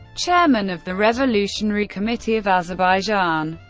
chairman of the revolutionary committee of azerbaijan,